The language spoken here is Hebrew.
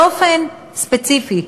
באופן ספציפי,